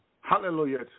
Hallelujah